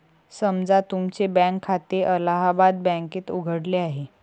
समजा तुमचे बँक खाते अलाहाबाद बँकेत उघडले आहे